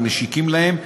או משיקות להם,